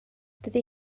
dydy